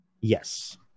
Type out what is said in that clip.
Yes